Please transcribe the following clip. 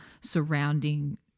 surrounding